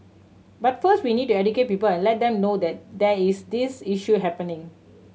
but first we need to educate people and let them know that there is this issue happening